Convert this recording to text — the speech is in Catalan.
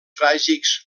tràgics